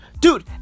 Dude